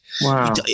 Wow